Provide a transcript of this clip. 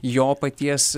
jo paties